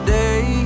day